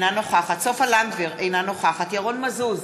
אינה נוכחת סופה לנדבר, אינה נוכחת ירון מזוז,